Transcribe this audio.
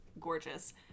gorgeous